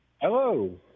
Hello